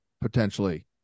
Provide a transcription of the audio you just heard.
potentially